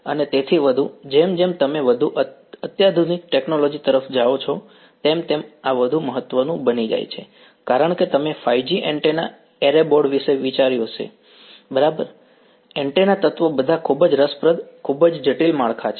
અને તેથી વધુ જેમ જેમ તમે વધુ અત્યાધુનિક ટેક્નોલોજી તરફ જાઓ છો તેમ તેમ આ વધુ મહત્વનું બની જાય છે કારણ કે તમે 5G એન્ટેના એરે બોર્ડ વિશે બરાબર વિચાર્યું છે એન્ટેના તત્વો બધા ખૂબ જ રસપ્રદ ખૂબ જ જટિલ માળખાં છે